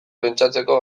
pentsatzeko